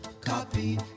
Copy